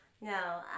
No